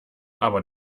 aber